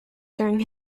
during